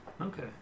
okay